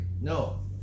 No